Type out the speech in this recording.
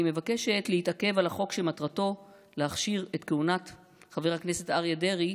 אני מבקשת להתעכב על החוק שמטרתו להכשיר את כהונת חבר הכנסת אריה דרעי